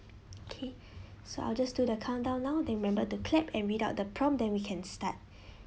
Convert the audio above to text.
K so I'll just do the count down now then remember to clap and read out the prompt then we can start